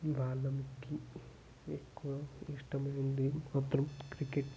బాలులకి ఎక్కువ ఇష్టమైనది మాత్రం క్రికెట్